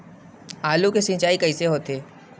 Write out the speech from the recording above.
आलू के सिंचाई कइसे होथे?